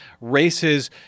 races